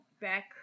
back